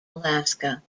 alaska